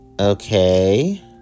Okay